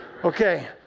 Okay